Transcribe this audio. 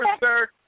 sir